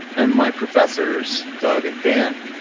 and my professors, doug and dan,